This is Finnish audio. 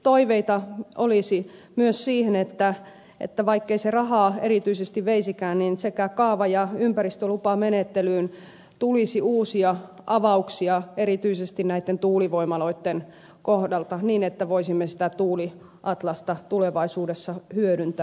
toiveita olisi myös siihen vaikkei se rahaa erityisesti veisikään että sekä kaava että ympäristölupamenettelyyn tulisi uusia avauksia erityisesti näitten tuulivoimaloitten kohdalta niin että voisimme sitä tuuliatlasta tulevaisuudessa hyödyntää